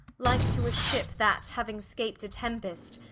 like to a ship, that hauing scap'd a tempest,